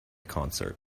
concert